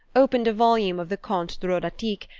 opened a volume of the contes drolatiques,